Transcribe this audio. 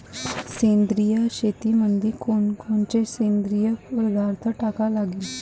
सेंद्रिय शेतीमंदी कोनकोनचे सेंद्रिय पदार्थ टाका लागतीन?